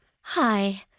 Hi